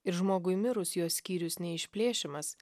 ir žmogui mirus jo skyrius ne išplėšiamas